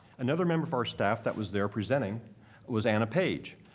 another member of our staff that was there presenting was anna page,